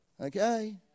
Okay